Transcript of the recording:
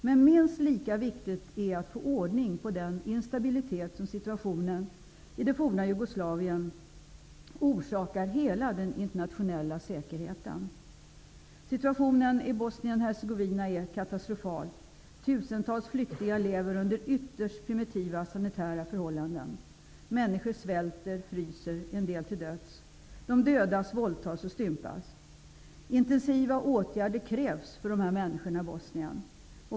Men minst lika viktigt är att man får ordning på den instabilitet som situationen i det forna Jugoslavien orsakar hela den internationella säkerheten. Situationen i Bosnien-Hercegovina är katastrofal. Tusentals flyktingar lever under ytterst primitiva sanitära förhållanden. Människor svälter och fryser, en del till döds. De dödas, våldtas och stympas. Intensiva åtgärder krävs för dessa människor i Bosnien.